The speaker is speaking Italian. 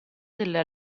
della